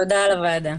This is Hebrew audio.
תודה לוועדה.